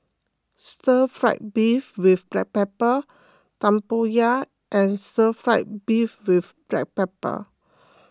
Stir Fried Beef with Black Pepper Tempoyak and Stir Fried Beef with Black Pepper